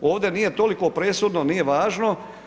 Ovdje nije toliko presudno, nije važno.